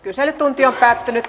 kyselytunti päättyi